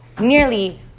nearly